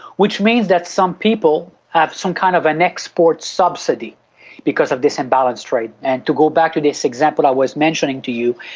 which means that some people have some kind of an export subsidy because of this imbalanced trade. and to go back to this example i was mentioning to you,